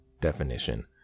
definition